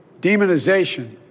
demonization